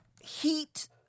heat